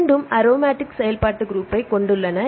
இரண்டும் அரோமாட்டிக் செயல்பாட்டுக் குரூப்பைக் கொண்டுள்ளன